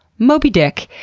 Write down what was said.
moby dick,